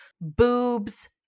boobs